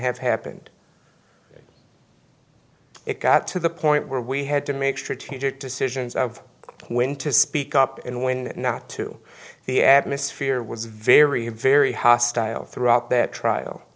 have happened it got to the point where we had to make strategic decisions of when to speak up and when not to the atmosphere was very very hostile throughout that trial